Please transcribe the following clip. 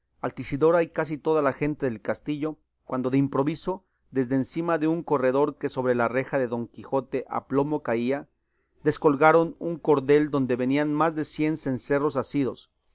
altisidora y casi toda la gente del castillo cuando de improviso desde encima de un corredor que sobre la reja de don quijote a plomo caía descolgaron un cordel donde venían más de cien cencerros asidos